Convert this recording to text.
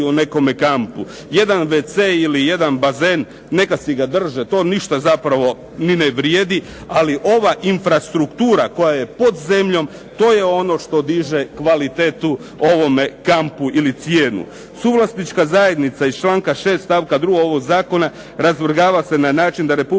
u nekome kampu. Jedan wc ili jedan bazen, neka si ga drže, to ništa zapravo ni ne vrijedi, ali ova infrastruktura koja je pod zemljom to je ono što diže kvalitetu ovome kampu ili cijenu. Suvlasnička zajednica iz članka 6. stavka 2. ovog zakona razvrgava se na način da Republika